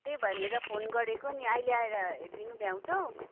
त्यही भनेर फोन गरेको नि अहिले आएर हेरिदिनु भ्याउँछौ